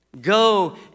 Go